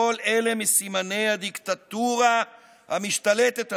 כל אלה מסימני הדיקטטורה המשתלטת עלינו.